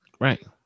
right